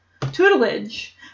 tutelage